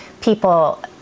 people